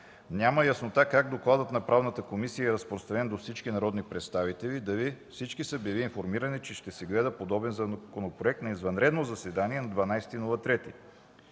няма яснота как докладът на Правна комисия е разпространен до всички народни представители и дали всички са били информирани, че ще се гледа подобен законопроект на извънредното заседание на 12.03.2013;